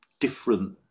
different